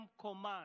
command